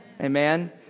Amen